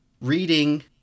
reading